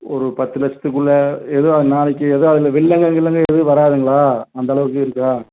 ஒரு பத்து லட்சத்துக்குள்ளே ஏதோ நாளைக்கு ஏதோ அதில் வில்லங்கம் கில்லங்கம் எதுவும் வராதுங்களா அந்தளவுக்கு இருக்கா